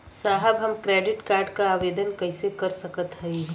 साहब हम credit card क आवेदन कइसे कर सकत हई?